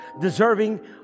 deserving